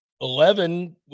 Eleven